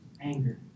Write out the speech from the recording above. anger